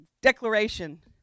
declaration